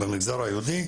במגזר היהודי.